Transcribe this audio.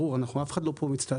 ברור אנחנו אף אחד לא פה מצטעצע,